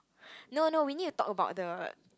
no no we need to talk about other